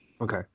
Okay